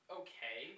okay